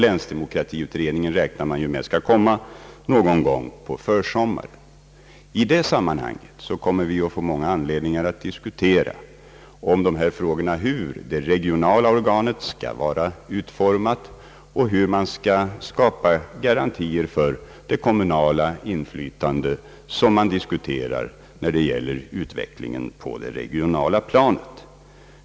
Länsdemokratiutredningens förslag räknar vi med att få någon gång på försommaren. I dessa sammanhang kommer vi att få anledning att diskutera om hur det regionala organet skall vara utformat och hur man skall skapa garantier för det kommunala inflytande som vi diskuterar när det gäller utvecklingen på det regionala planet.